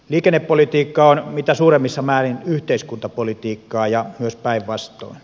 liikennepolitiikka on mitä suurimmassa määrin yhteiskuntapolitiikkaa ja myös päinvastoin